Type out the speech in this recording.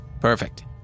Perfect